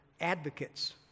advocates